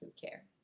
care